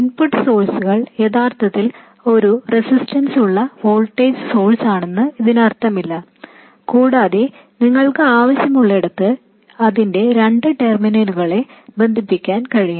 input സോഴ്സുകൾ യഥാർത്ഥത്തിൽ ഒരു റെസിസ്റ്റൻസ് ഉള്ള വോൾട്ടേജ് സോഴ്സാണെന്ന് ഇതിനർത്ഥമില്ല കൂടാതെ നിങ്ങൾക്ക് ആവശ്യമുള്ളിടത്ത് അതിന്റെ രണ്ട് ടെർമിനലുകളെ ബന്ധിപ്പിക്കാൻ കഴിയും